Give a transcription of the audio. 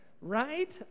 right